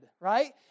right